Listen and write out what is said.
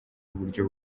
uburyo